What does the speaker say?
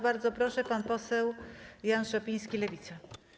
Bardzo proszę, pan poseł Jan Szopiński, Lewica.